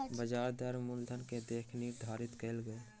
ब्याज दर मूलधन के देख के निर्धारित कयल गेल